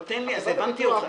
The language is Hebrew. הבנתי,